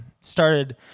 Started